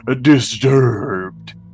disturbed